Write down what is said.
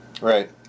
Right